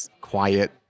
quiet